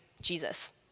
Jesus